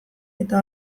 eta